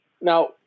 Now